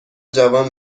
جوان